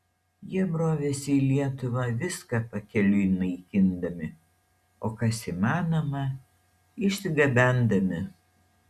jie brovėsi į lietuvą viską pakeliui naikindami o kas įmanoma išsigabendami